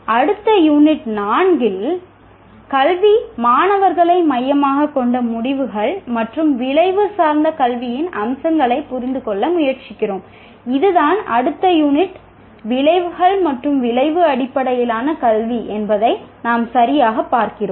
அடுத்த யூனிட் 4 விளைவுகள் மற்றும் விளைவு அடிப்படையிலான கல்வி என்ன என்பதை நாம் சரியாகப் பார்க்கிறோம்